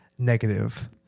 Negative